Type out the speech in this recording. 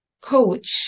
coach